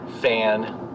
fan